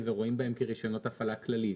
ורואים בהם כרישיונות הפעלה כללית.